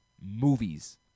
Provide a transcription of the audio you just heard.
movies